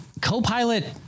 Copilot